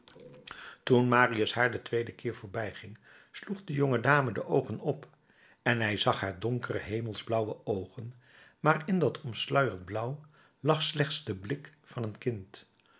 toen marius haar den tweeden keer voorbijging sloeg de jonge dame de oogen op en hij zag haar donkere hemelsblauwe oogen maar in dat omsluierd blauw lag slechts de blik van een kind